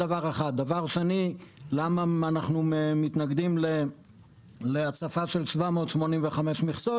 למה אנחנו מתנגדים להוספה של 785 מכסות?